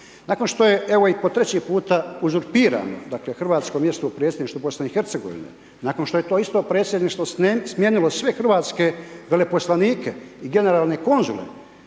Nakon što je evo i po treći puta užurpiran hrvatsko mjesto u predsjedništvu BIH, nakon što je to isto predsjedništvo smijenilo sve hrvatske veleposlanike i generalne konzule,